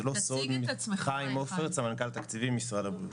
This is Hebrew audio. אני סמנכ"ל תקציבים במשרד הבריאות.